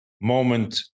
moment